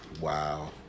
Wow